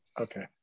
Okay